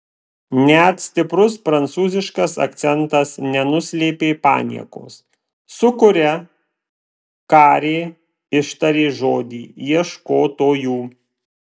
net stiprus prancūziškas akcentas nenuslėpė paniekos su kuria karė ištarė žodį ieškotojų